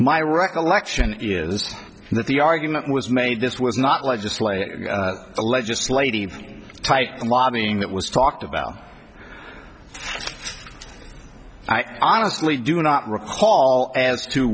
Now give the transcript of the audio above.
my recollection is that the argument was made this was not legislated a legislative tight lobbying that was talked about i honestly do not recall as to